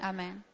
Amen